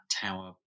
tower